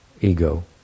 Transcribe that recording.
ego